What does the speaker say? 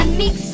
mix